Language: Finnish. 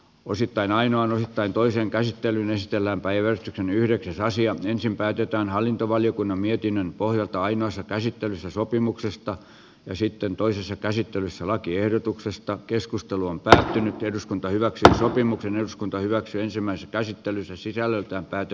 osittain ainoana tai toiseen käsittelyyn esitellään päivän yhdeksäs aasian ensin päätetään hallintovaliokunnan mietinnön pohjalta ainoassa käsittelyssä sopimuksesta ja sitten toisessa käsittelyssä lakiehdotuksesta keskustelu on lähtenyt eduskunta hyväksyi sopimuksen eduskunta hyväksyi ensimmäisen käsittelyssä sisällöltään pääty